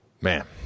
Man